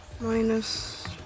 Minus